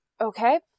Okay